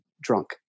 drunk